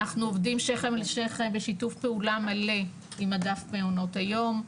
אנחנו עובדים שכם אל שכם בשיתוף פעולה מלא עם אגף מעונות היום,